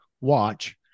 watch